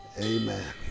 Amen